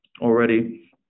already